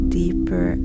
deeper